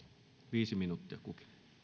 viisi minuuttia